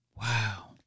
wow